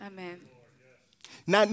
Amen